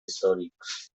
històrics